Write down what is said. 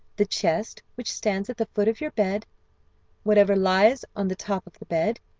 the chest which stands at the foot of your bed whatever lies on the top of the bed,